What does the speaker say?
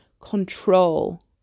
control